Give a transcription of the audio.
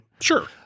Sure